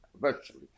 virtually